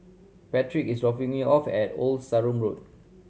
Patrick is dropping me off at Old Sarum Road